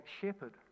shepherd